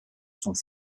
sont